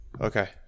Okay